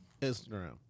Instagram